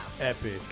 Epic